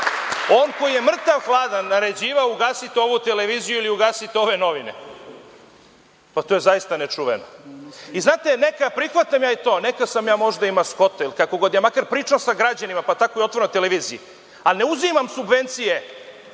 on koji je mrtav hladan naređivao – ugasite ovu televiziju ili ugasiste ove novine. To je zaista nečuveno. Neka, prihvatam ja i to, neka sam ja možda i maskota ili kako god. Ja makar pričam sa građanima, pa tako i otvoreno na televiziji, a ne uzimam subvencije